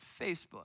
Facebook